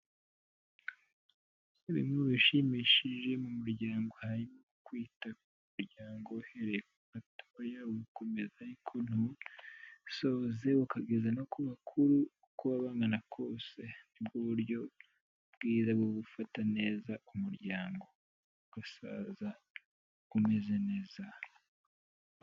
Bimwe bishimishije mu muryango harimo kwita ku muryango, uhereye ku batotoya wikomeza ikowusoze ukageza no ku bakuru uko bagana kose nibwo buryo bwiza bwo gufata neza umuryango, ugasaza umeze neza.